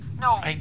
No